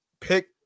pick